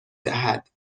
دهد